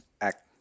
act